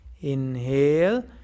Inhale